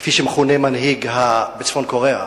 כפי שמכונה מנהיג בצפון-קוריאה,